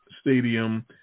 Stadium